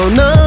no